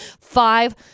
five